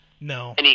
No